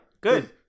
Good